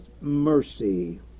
mercy